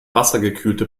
wassergekühlte